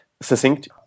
succinct